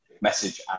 message